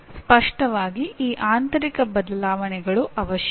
ಸ್ಪಷ್ಟವಾಗಿ ಈ ಆಂತರಿಕ ಬದಲಾವಣೆಗಳು ಅವಶ್ಯಕ